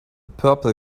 purple